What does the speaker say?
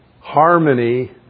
Harmony